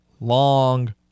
long